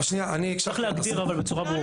אבל צריך להגדיר בצורה ברורה.